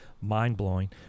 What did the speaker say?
Mind-blowing